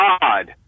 God